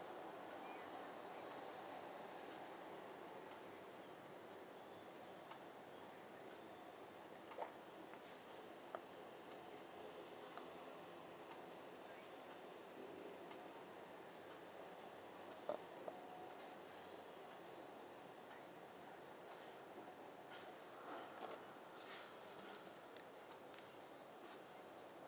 err